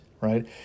right